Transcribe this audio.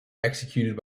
executed